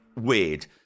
weird